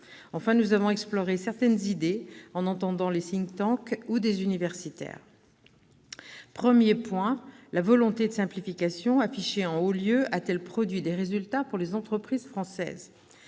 Enfin, nous avons exploré certaines idées avec les membres de et des universitaires. La volonté de simplification, affichée en haut lieu, a-t-elle produit des résultats pour les entreprises françaises ?